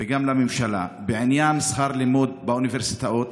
וגם לממשלה בעניין שכר לימוד באוניברסיטאות